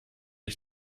ich